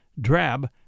drab